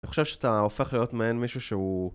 אתה חושב שאתה הופך להיות מעין מישהו שהוא...